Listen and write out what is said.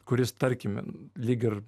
kuris tarkim lyg ir